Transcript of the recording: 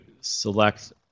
select